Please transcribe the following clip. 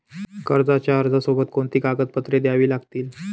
कर्जाच्या अर्जासोबत कोणती कागदपत्रे द्यावी लागतील?